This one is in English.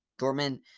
Dortmund